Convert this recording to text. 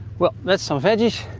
well let's some veggies.